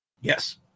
Yes